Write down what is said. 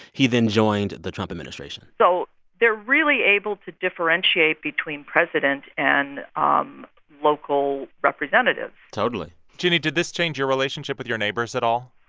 he then joined the trump administration so they're really able to differentiate between presidents and um local representatives totally gynni, did this change your relationship with your neighbors at all?